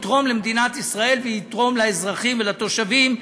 יתרום למדינת ישראל ויתרום לאזרחים ולתושבים.